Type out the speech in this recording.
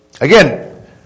Again